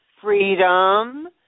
freedom